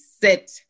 sit